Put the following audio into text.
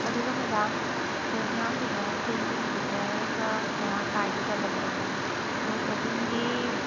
ꯑꯗꯨꯒ ꯃꯦꯗꯥꯝ ꯑꯩꯈꯣꯏ ꯃꯌꯥꯝꯁꯤꯅ ꯁꯦꯟ ꯊꯨꯝꯁꯤ ꯈꯔꯒ ꯃꯔꯥꯡ ꯀꯥꯏꯖꯗꯕꯅꯦ ꯆꯠꯊꯣꯛ ꯆꯠꯁꯤꯟꯒꯤ